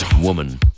Woman